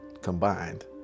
combined